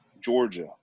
Georgia